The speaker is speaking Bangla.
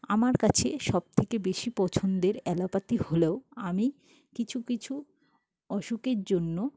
আমার কাছে সব থেকে বেশি পছন্দের অ্যালোপ্যাথি হলেও আমি কিছু কিছু অসুখের জন্য